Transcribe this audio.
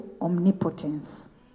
omnipotence